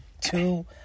two